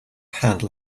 handle